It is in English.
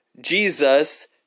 Jesus